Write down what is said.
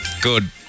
Good